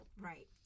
Right